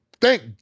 thank